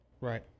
right